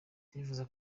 ndifuza